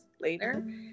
later